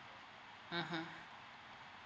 mmhmm